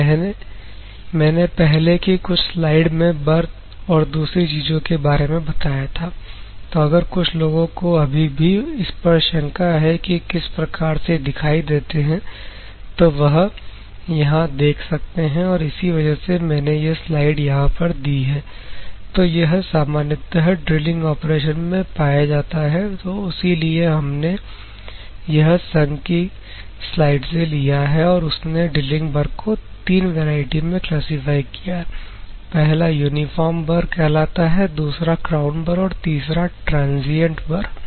तो मैंने पहले की कुछ स्लाइड में बर और दूसरी चीजों के बारे में बताया था तो अगर कुछ लोगों को अभी भी इस पर शंका है कि किस प्रकार से दिखाई देते हैं तो वह यहां देख सकते हैं और इसी वजह से मैंने यह स्लाइड यहां पर दी है तो यह सामान्यतः ड्रिलिंग ऑपरेशन में पाया जाते हैं तो उसी लिए हमने यह संगकी की स्लाइड से लिया है और उसने ड्रिलिंग बर को 3 वैरायटी में क्लासिफाई किया है पहले यूनिफॉर्म बर कहलाता है दूसरा क्राउन बर और तीसरा ट्रांजियंट बर